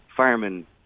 Firemen